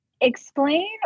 explain